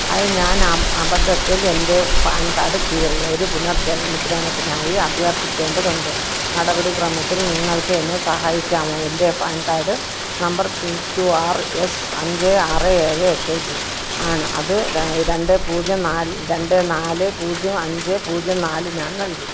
hi ഞാൻ അബ് അബദ്ധത്തിൽ എന്റെ പാൻ കാർഡ് കീറി ഒരു പുനർജമുദ്രണത്തിനായി അഭ്യർത്ഥിക്കേണ്ടതുണ്ട് നടപടിക്രമത്തിൽ നിങ്ങൾക്ക് എന്നെ സഹായിക്കാമോ എന്റെ PAN card number P Q R S അഞ്ച് ആറ് ഏഴ് എട്ട് ജി ആണ് അത് രണ്ട് പൂജ്യം നാല് രണ്ട് നാല് പൂജ്യം അഞ്ച് പൂജ്യം നാല് ഞാൻ നൽകി